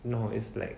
no it's like